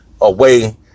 away